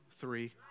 three